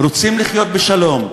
רוצים לחיות בשלום.